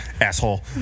asshole